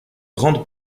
grande